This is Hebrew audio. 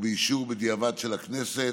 ובאישור בדיעבד של הכנסת,